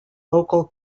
local